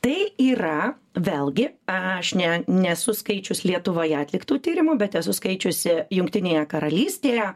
tai yra vėlgi aš ne nesu skaičius lietuvoje atliktų tyrimų bet esu skaičiusi jungtinėje karalystėje